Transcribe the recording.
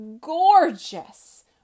gorgeous